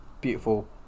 beautiful